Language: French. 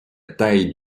taille